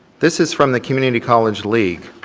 this is from the community college league.